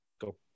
Go